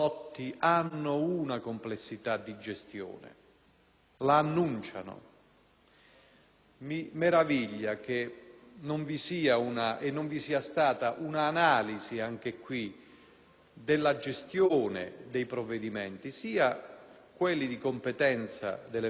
Mi meraviglia che non vi sia, né vi sia stata un'analisi della gestione dei provvedimenti, sia di quelli di competenza delle forze dell'ordine e di polizia, sia da parte della magistratura.